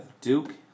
Duke